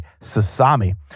Sasami